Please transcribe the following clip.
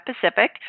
Pacific